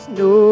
no